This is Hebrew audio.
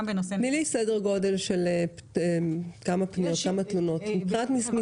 תני לי סדר גודל של כמה תלונות, מבחינת מספרים.